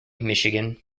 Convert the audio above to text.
michigan